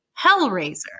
Hellraiser